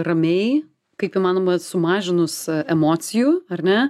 ramiai kaip įmanoma sumažinus emocijų ar ne